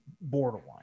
borderline